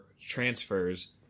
transfers